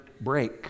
break